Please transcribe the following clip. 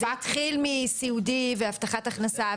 זה התחיל מסיעודי והבטחת הכנסה,